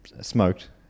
smoked